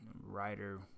Writer